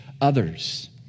others